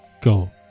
go